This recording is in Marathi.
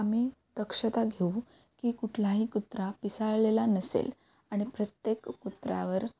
आम्ही दक्षता घेऊ की कुठलाही कुत्रा पिसाळलेला नसेल आणि प्रत्येक कुत्र्यावर